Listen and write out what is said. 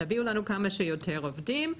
תביאו לנו כמה שיותר עובדים,